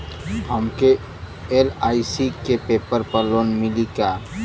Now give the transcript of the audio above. हमके एल.आई.सी के पेपर पर लोन मिली का?